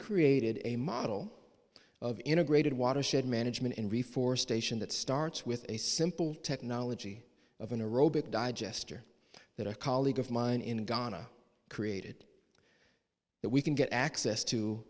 created a model of integrated watershed management in reforestation that starts with a simple technology of an a robot digester that a colleague of mine in ghana created that we can get access to